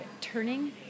turning